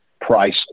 price